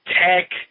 tech